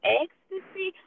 ecstasy